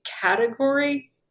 category